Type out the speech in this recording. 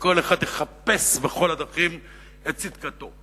וכל אחד יחפש בכל הדרכים את צדקתו,